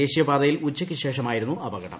ദേശീയ പാതയിൽ ഉച്ചയ്ക്ക് ശേഷമായിരുന്നു അപകടം